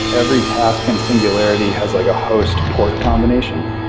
every task in singularity has like a host port combination,